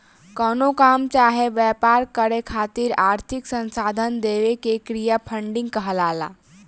कवनो काम चाहे व्यापार करे खातिर आर्थिक संसाधन देवे के क्रिया फंडिंग कहलाला